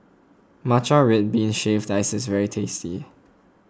Matcha Red Bean Shaved Ice is very tasty